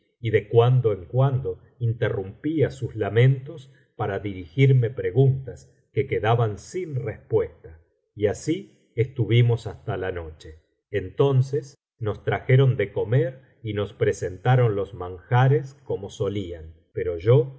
y de cuando en cuando interrumpía sus lamentos para dirigirme preguntas que quedaban sin respuesta y así estuvimos hasta la noche entonces nos trajeron de comer y nos presentaron los manjares como solían pero yo